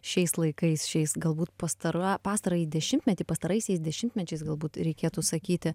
šiais laikais šiais galbūt pastarą pastarąjį dešimtmetį pastaraisiais dešimtmečiais galbūt reikėtų sakyti